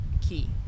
Key